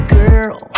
girl